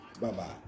Bye-bye